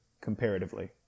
comparatively